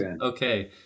okay